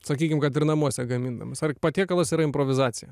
sakykim kad ir namuose gamindamas ar patiekalas yra improvizacija